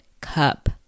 cup